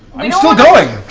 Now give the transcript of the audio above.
i mean still going.